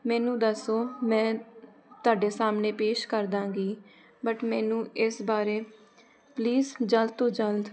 ਮੈਨੂੰ ਦੱਸੋ ਮੈਂ ਤੁਹਾਡੇ ਸਾਹਮਣੇ ਪੇਸ਼ ਕਰਦਾਂਗੀ ਬਟ ਮੈਨੂੰ ਇਸ ਬਾਰੇ ਪਲੀਜ਼ ਜਲਦ ਤੋਂ ਜਲਦ